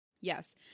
Yes